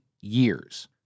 years